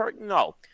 No